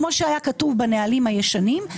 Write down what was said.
כמו שהיה כתוב בנהלים הישנים,